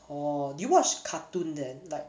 or do you watch cartoon then like